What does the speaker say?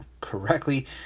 correctly